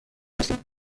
هستم